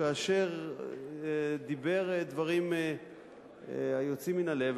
כאשר דיבר דברים היוצאים מן הלב,